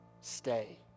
Stay